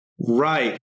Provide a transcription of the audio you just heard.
Right